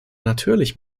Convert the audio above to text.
natürlich